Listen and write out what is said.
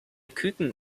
küken